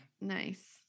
Nice